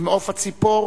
ממעוף הציפור